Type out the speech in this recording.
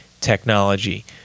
technology